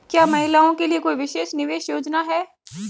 क्या महिलाओं के लिए कोई विशेष निवेश योजना है?